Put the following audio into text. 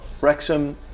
Wrexham